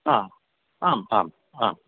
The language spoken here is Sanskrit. हा आम् आम् आम्